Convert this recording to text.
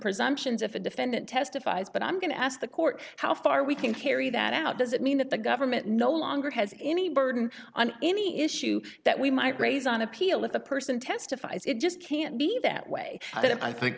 presumptions if the defendant testifies but i'm going to ask the court how far we can carry that out does it mean that the government no longer has any burden on any issue that we might raise on appeal if the person testifies it just can't be that way that i think